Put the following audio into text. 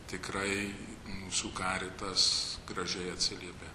tikrai mūsų karitas gražiai atsiliepė